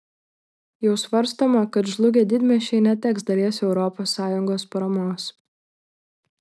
jau svarstoma kad žlugę didmiesčiai neteks dalies europos sąjungos paramos